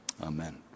Amen